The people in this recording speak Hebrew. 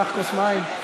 קח כוס מים.